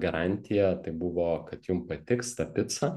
garantija tai buvo kad jum patiks ta pica